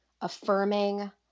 affirming